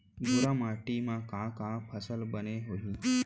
भूरा माटी मा का का फसल बने होही?